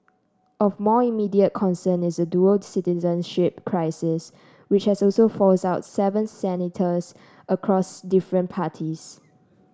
of more immediate concern is the dual citizenship crisis which has also force out seven senators across different parties